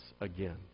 again